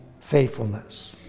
faithfulness